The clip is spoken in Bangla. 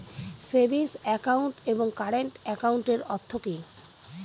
সেভিংস একাউন্ট এবং কারেন্ট একাউন্টের অর্থ কি?